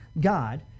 God